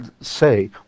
say